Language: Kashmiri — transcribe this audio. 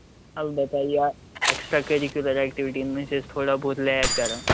اَلبتاہ یا ایکٕسٹرا کٔرِکوٗلر ایکٹیٛوٗٹیٖز منٛز چھِ أسۍ تھوڑا بہت لیک کران